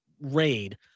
raid